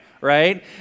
right